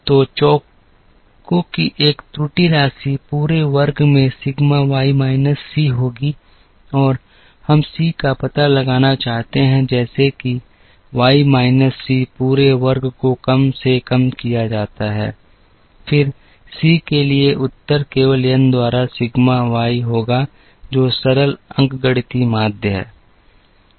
तो चौकों की एक त्रुटि राशि पूरे वर्ग में सिग्मा वाई माइनस सी होगी और हम सी का पता लगाना चाहते हैं जैसे कि वाई माइनस सी पूरे वर्ग को कम से कम किया जाता है फिर सी के लिए उत्तर केवल n द्वारा सिग्मा वाई होगा जो सरल अंकगणितीय माध्य है